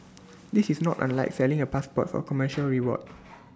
this is not unlike selling A passport for commercial reward